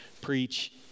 preach